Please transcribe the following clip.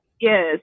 yes